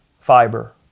fiber